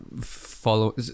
follow